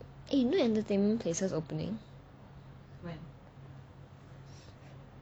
a new entertainment places opening